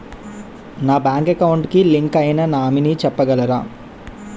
నా bank account కి link అయినా నామినీ చెప్పగలరా?